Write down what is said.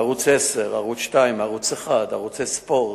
ערוץ-10, ערוץ-2, ערוץ-1, ערוצי ספורט,